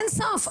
אין סוף.